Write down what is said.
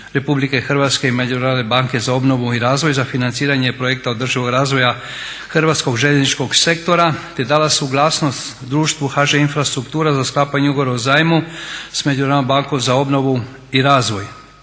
Republike Hrvatske i Međunarodne banke za obnovu i razvoj za financiranje projekta održivog razvoja hrvatskog željezničkog sektora te dala suglasnost društvu HŽ Infrastruktura za sklapanje ugovora o zajmu s Međunarodnom bankom za obnovu i razvoj.